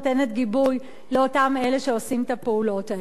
גיבוי לאותם אלה שעושים את הפעולות האלה.